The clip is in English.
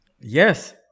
Yes